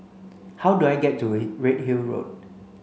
how do I get to Redhill Road